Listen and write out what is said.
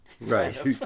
right